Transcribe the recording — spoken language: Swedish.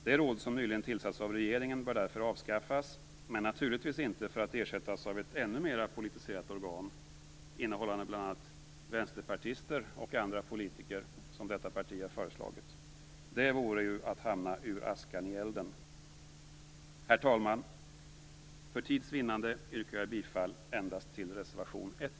Det råd som nyligen tillsatts av regeringen bör därför avskaffas, men naturligtvis inte för att ersättas av ett ännu mera politiserat organ innehållande bl.a. vänsterpartister och andra politiker, som detta parti har föreslagit. Det vore att hamna ur askan i elden. Herr talman! För tids vinnande yrkar jag bifall endast till reservation 1.